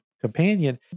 companion